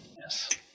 Yes